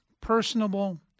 personable